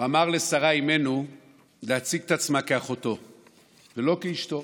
הוא אמר לשרה אימנו להציג את עצמה כאחותו ולא כאשתו.